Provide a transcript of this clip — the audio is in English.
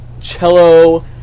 cello